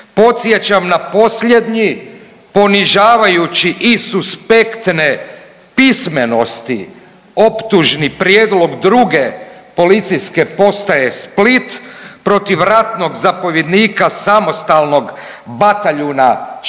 Podsjećam na posljednji ponižavajući i suspektne pismenosti optužni prijedlog Druge policijske postaje Split protiv ratnog zapovjednika samostalnog bataljuna Škabrnja